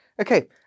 Okay